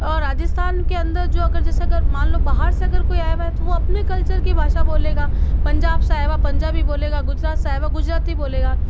और राजस्थान के अंदर जो अगर जैसे अगर मान लो बाहर से अगर कोई आया हुआ है तो वो अपने कल्चर की भाषा बोलेगा पंजाब से आएगा पंजाबी बोलेगा गुजरात से आएगा गुजराती बोलेगा